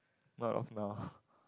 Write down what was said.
not of now